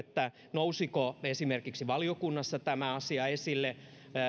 nousiko esimerkiksi valiokunnassa tämä asia esille